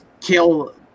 kill